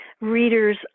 readers